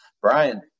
Brian